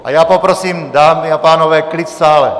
A já poprosím, dámy a pánové, klid v sále!